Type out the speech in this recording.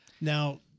Now